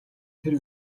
тэр